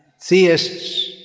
theists